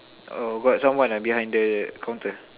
uh got someone ah behind the counter